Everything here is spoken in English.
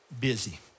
busy